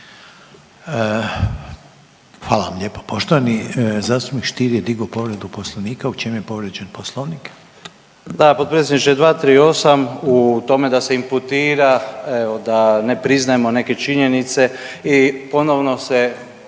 Hvala vam lijepa. Poštovani zastupnik Stier je digao povredu Poslovnika. U čem je povrijeđen Poslovnik? **Stier, Davor Ivo (HDZ)** Da, potpredsjedniče 238., u tome da se imputira evo da ne priznajemo neke činjenice i ponovno se